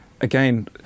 again